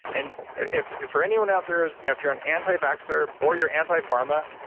and if if for anyone out there who's, you know if you're an anti-vaxxer or you're anti-pharma,